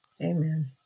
Amen